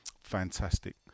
fantastic